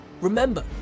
Remember